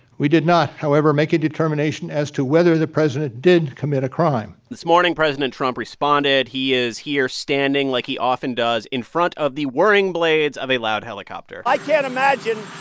we did not, however, make a determination as to whether the president did commit a crime this morning, president trump responded. he is here standing, like he often does, in front of the whirring blades of a loud helicopter i can't imagine